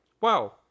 Wow